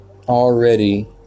already